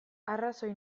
arrazoi